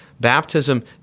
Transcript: Baptism